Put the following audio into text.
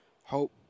Hope